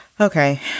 Okay